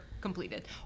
completed